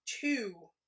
two